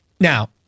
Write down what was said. Now